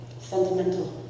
sentimental